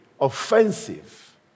offensive